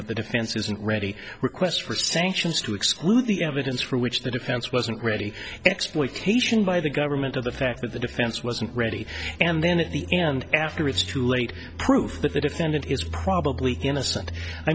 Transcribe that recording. that the defense isn't ready request for sanctions to exclude the evidence for which the defense wasn't ready exploitation by the government of the fact that the defense wasn't ready and then at the end after it's too late proof that the defendant is probably innocent i